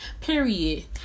Period